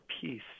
peace